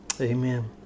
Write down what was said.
Amen